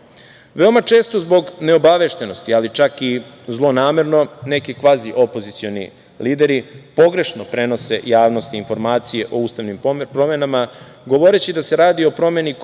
juna. Veoma često zbog neobaveštenosti, ali čak i zlonamerno neki kvazi opozicioni lideri pogrešno prenose javnosti informacije o ustavnim promenama, govoreći da se radi o promeni